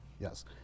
Yes